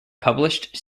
published